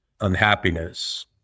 unhappiness